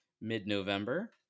mid-November